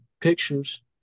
pictures